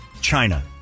China